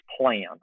plan